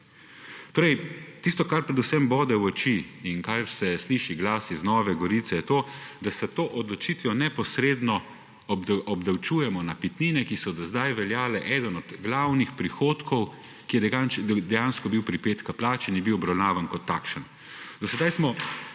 Tisto, kar predvsem bode v oči in o čemer se sliši glas iz Nove Gorice, je to, da s to odločitvijo neposredno obdavčujemo napitnine, ki so do zdaj veljale za enega od glavnih prihodkov, ki je bil dejansko pripet k plači in je bil obravnavan kot takšen.